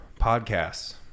Podcasts